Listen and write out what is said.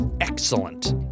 Excellent